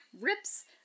rips